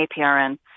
APRN